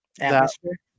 Atmosphere